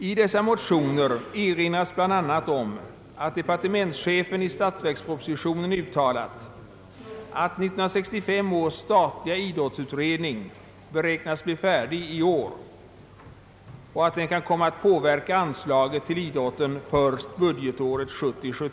I dessa motioner erinras bland annat om att departementschefen i statsverkspropositionen uttalat, att 1965 års statliga idrottsutredning beräknas bli färdig i år och att den kan komma att påverka anslaget till idrotten först budgetåret 1970/71.